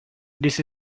this